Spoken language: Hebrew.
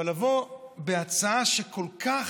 אבל לבוא בהצעה שכל כך,